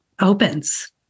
opens